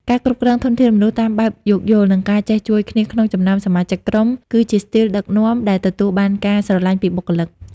ការគ្រប់គ្រងធនធានមនុស្សតាមបែបយោគយល់ និងការចេះជួយគ្នាក្នុងចំណោមសមាជិកក្រុម គឺជាស្ទីលដឹកនាំដែលទទួលបានការស្រឡាញ់ពីបុគ្គលិក។